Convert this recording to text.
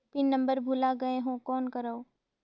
Pin number भुला गयें हो कौन करव?